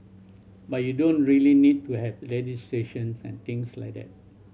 but you don't really need to have legislations and things like that